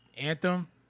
Anthem